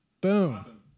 Boom